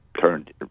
turned